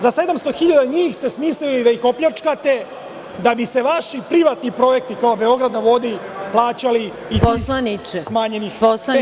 Za 700.000 njih ste smislili da ih opljačkate da bi se vaši privatni projekti, kao „Beograd na vodi“, plaćali iz tih smanjenih penzija.